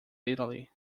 italy